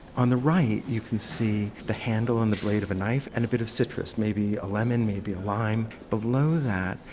on the right, you can see the handle on the blade of a knife and a bit of citrus. maybe a lemon, maybe a lime. below that,